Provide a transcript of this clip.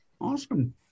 Awesome